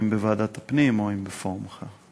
אם בוועדת הפנים או בפורום אחר.